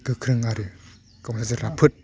गोख्रों आरो गावहा जे राफोद